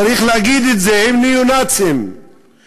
צריך להגיד את זה: הם ניאו-נאצים שצמחו